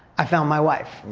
i found my wife.